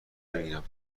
بگیرم